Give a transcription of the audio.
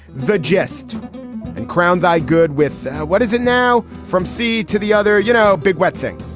the jest and crown thy good with. what is it now? from sea to the other, you know. big wet thing.